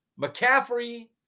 McCaffrey